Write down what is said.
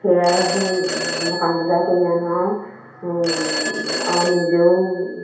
সেয়াই সেই দোকান বজাৰ কৰি আনো আৰু আৰু নিজেও